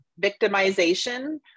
victimization